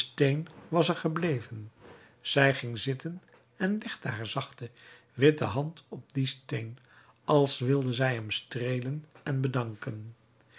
was er gebleven zij ging zitten en legde haar zachte witte hand op dien steen als wilde zij hem streelen en bedanken